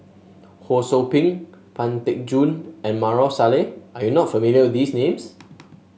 Ho Sou Ping Pang Teck Joon and Maarof Salleh are you not familiar with these names